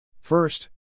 First